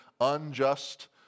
unjust